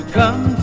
come